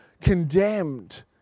condemned